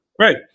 Right